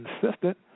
consistent